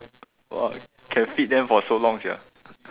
!wah! can feed them for so long sia